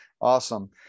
Awesome